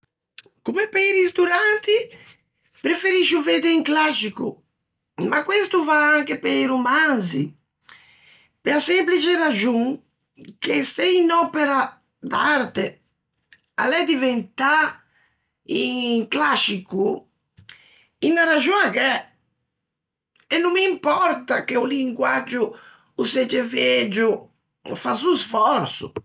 Comme pe-i ristoranti, preferiscio vedde un clascico, ma questo o va anche pe-i romanzi, pe-a semplice raxon che se unn'òpera d'arte a l'é diventâ un clascico, unna raxon a gh'é e no m'impòrta che o linguaggio o segge vegio, fasso o sfòrso.